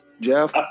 Jeff